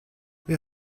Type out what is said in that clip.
wir